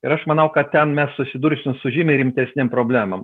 ir aš manau kad ten mes susidursim su žymiai rimtesnėm problemom